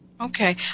Okay